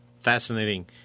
fascinating